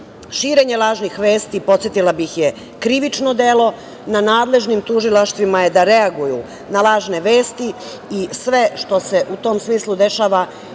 lažnih vesti, podsetila bih vas, je krivično delo. Na nadležnim tužilaštvima je da reaguju na lažne vesti i sve što se u tom smislu dešava